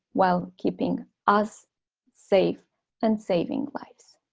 while keeping us safe and saving lives